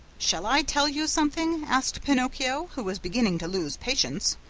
shall i tell you something? asked pinocchio, who was beginning to lose patience.